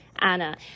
Anna